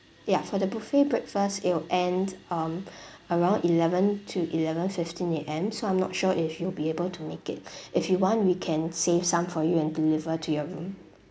ya for the buffet breakfast it'll end um around eleven to eleven-fifteen A_M so I'm not sure if you'll be able to make it if you want we can save some for you and deliver to your room